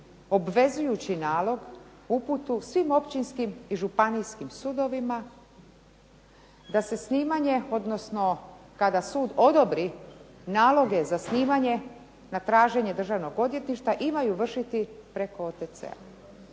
obvezujući nalog, uputu svim općinskim i županijskim sudovima da se snimanje, odnosno kada sud odobri naloge za snimanje na traženje Državnog odvjetništva imaju vršiti preko OTC-a.